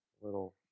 little